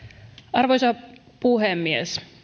arvoisa puhemies